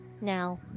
Now